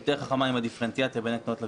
יותר חכמה עם הדיפרנציאציה בין הקטנות לגדולות.